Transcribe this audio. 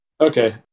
Okay